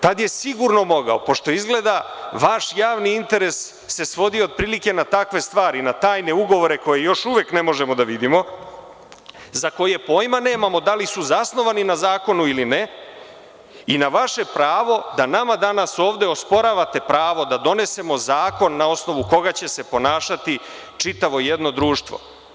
Tada je sigurno mogao, pošto izgleda vaš javni interes se svodio otprilike na takve stvar, na tajne ugovore koje još uvek ne možemo da vidimo, za koje pojma nemamo da li su zasnovani na zakonu ili ne i na vaše pravo da nama danas ovde osporavate pravo da donesemo zakon na osnovu koga će se ponašati čitavo jedno društvo.